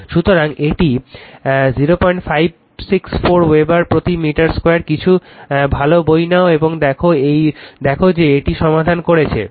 সুতরাং এটি 0564 ওয়েবার প্রতি মিটার স্কয়ার কিছু ভালো বই নাও এবং দেখ যে এটি সমাধান করছে